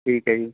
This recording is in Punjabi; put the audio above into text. ਠੀਕ ਹੈ ਜੀ